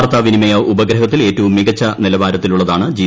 വാർത്താ വിനിമയ ഉപഗ്രഹത്തിൽ ഏറ്റവും മികച്ച നിലവാരത്തിലുള്ളതാണ് ജി